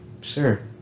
Sure